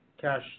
cash